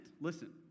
listen